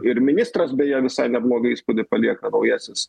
ir ministras beje visai neblogą įspūdį palieka naujasis